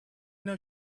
know